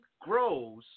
grows